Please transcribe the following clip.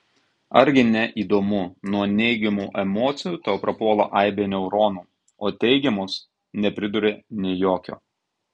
argi ne įdomu nuo neigiamų emocijų tau prapuola aibė neuronų o teigiamos nepriduria nė jokio